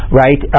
right